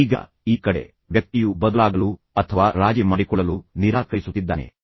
ಈಗ ಈ ಕಡೆ ವ್ಯಕ್ತಿಯು ತುಂಬಾ ಕಟ್ಟುನಿಟ್ಟಾಗಿರುತ್ತಾನೆ ಮತ್ತು ಅವನು ಬದಲಾಗಲು ಅಥವಾ ರಾಜಿ ಮಾಡಿಕೊಳ್ಳಲು ನಿರಾಕರಿಸುತ್ತಿದ್ದಾನೆ